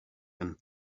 and